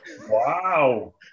Wow